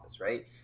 right